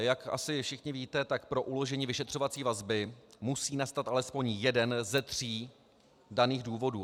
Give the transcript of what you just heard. Jak asi všichni víte, tak pro uložení vyšetřovací vazby musí nastat alespoň jeden ze tří daných důvodů.